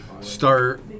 start